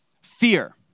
Fear